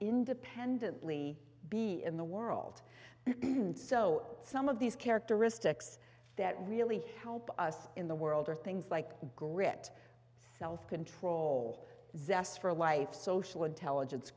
independently be in the world so some of these characteristics that really help us in the world are things like grit self control zest for life social intelligence